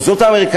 או זאת האמריקנית,